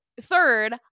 Third